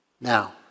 Now